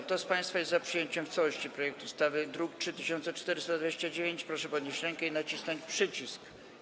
Kto z państwa jest za przyjęciem w całości projektu ustawy w brzmieniu z druku nr 3429, proszę podnieść rękę i nacisnąć przycisk.